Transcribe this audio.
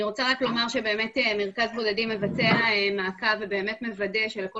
אני רוצה לומר שמרכז בודדים מבצע מעקב ובאמת מוודא שלכל